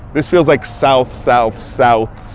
this feels like south, south, south,